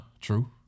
true